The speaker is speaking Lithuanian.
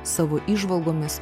savo įžvalgomis